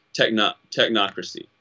technocracy